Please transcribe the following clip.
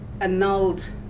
annulled